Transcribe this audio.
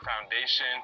foundation